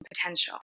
potential